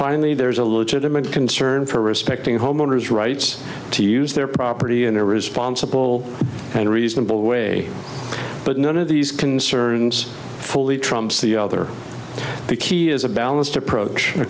finally there's a legitimate concern for respecting home owner's rights to use their property in a responsible and reasonable way but none of these concerns fully trumps the other the key is a balanced approach a